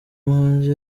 muhanzi